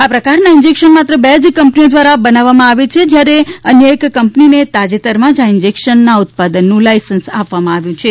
આ પ્રકારના ઇન્જેક્શન માત્ર બે જ કંપનીઓ દ્વારા બનાવવામાં આવે છે જ્યારે અન્ય એક કંપનીને તાજેતરમાં જ આ ઇન્જેક્શનના ઉત્પાદનનું લાઇસન્સ આપવામાં આવ્યું છે